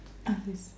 yes